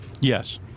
yes